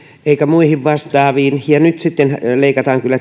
eikä muihin vastaaviin ja nyt sitten leikataan